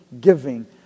giving